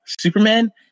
Superman